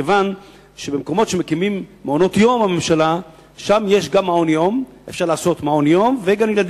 כיוון שבמקומות שמקימים מעונות-יום יש גם מעון-יום וגן-ילדים,